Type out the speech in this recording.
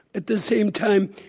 at the same time,